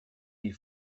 les